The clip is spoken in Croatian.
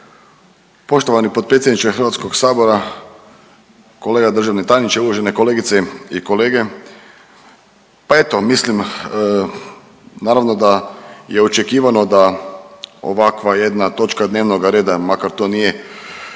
Poštovani potpredsjedniče Hrvatskog sabora, kolega državni tajniče, uvaženi kolegice i kolege, pa eto mislim naravno da je očekivano da ovakva jedna točka dnevnoga reda makar to nije